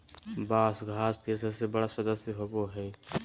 बाँस घास के सबसे बड़ा सदस्य होबो हइ